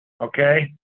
okay